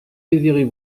désirez